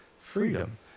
freedom